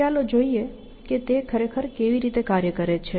ચાલો જોઈએ કે તે ખરેખર કેવી રીતે કાર્ય કરે છે